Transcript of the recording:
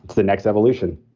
the next evolution